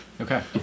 Okay